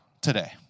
today